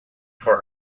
for